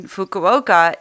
Fukuoka